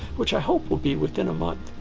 which i hope will be within a month.